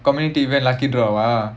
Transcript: community lucky draw ah